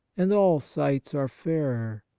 and all sights are fairer,